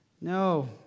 No